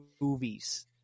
movies